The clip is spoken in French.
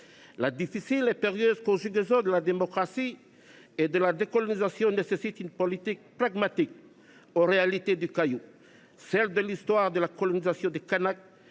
La difficile et périlleuse conjugaison de la démocratie et de la décolonisation nécessite une politique pragmatique, adaptée à la réalité du Caillou, celle qui est issue de l’histoire de la colonisation des Kanaks,